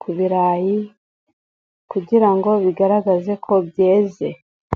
ku birayi kugira ngo bigaragaze ko byeze.